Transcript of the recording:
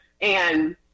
And-